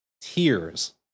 tears